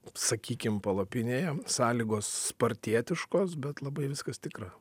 sakykim palapinėje sąlygos spartietiškos bet labai viskas tikra